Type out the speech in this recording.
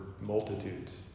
multitudes